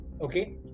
okay